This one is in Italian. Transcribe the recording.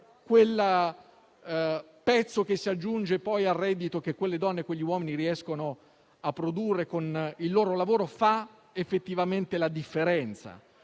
Quel pezzo che si aggiunge al reddito che quelle donne e quegli uomini riescono a produrre con il loro lavoro fa effettivamente la differenza.